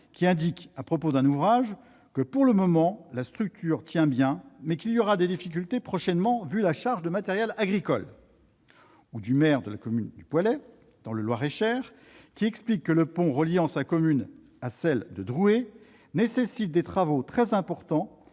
ainsi à propos d'un ouvrage :« Pour le moment, la structure tient bien, mais il y aura des difficultés prochainement, vu la charge de matériel agricole. » Quant au maire du Poislay, dans le Loir-et-Cher, il explique que le pont reliant sa commune à celle de Droué exige des travaux très importants,